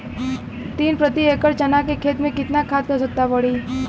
तीन प्रति एकड़ चना के खेत मे कितना खाद क आवश्यकता पड़ी?